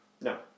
No